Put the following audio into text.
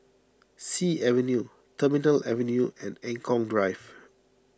Sea Avenue Terminal Avenue and Eng Kong Drive